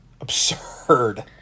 absurd